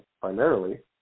primarily